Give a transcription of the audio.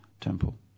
temple